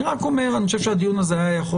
אני רק אומר שאני חושב שהדיון הזה היה יכול